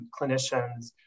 clinicians